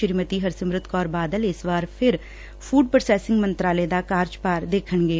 ਸ੍ਰੀਮਤੀ ਹਰਸਿਮਰਤ ਕੌਰ ਬਾਦਲ ਇਸ ਵਾਰ ਵੀ ਫੂਡ ਪ੍ਰੋਸਸਿੰਗ ਮੰਤਰਾਲੇ ਦਾ ਕਾਰਜਭਾਰ ਦੇਖਣਗੇ